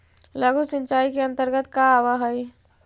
लघु सिंचाई के अंतर्गत का आव हइ?